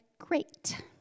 great